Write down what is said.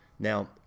Now